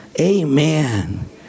Amen